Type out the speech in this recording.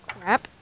Crap